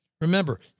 Remember